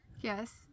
yes